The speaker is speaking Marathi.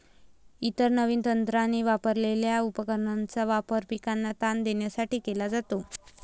इतर नवीन तंत्राने बनवलेल्या उपकरणांचा वापर पिकाला ताण देण्यासाठी केला जातो